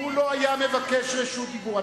הוא לא היה מבקש רשות דיבור.